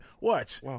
Watch